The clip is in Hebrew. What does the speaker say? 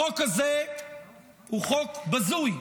החוק הזה הוא חוק בזוי.